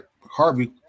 Harvey